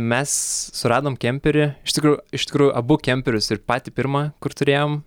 mes suradom kemperį iš tikrųjų iš tikrųjų abu kemperius ir patį pirmą kur turėjom